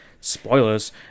Spoilers